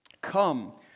Come